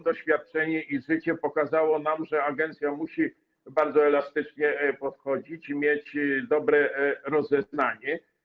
Doświadczenie i życie pokazało nam, że agencja musi mieć bardzo elastyczne podejście i mieć dobre rozeznanie.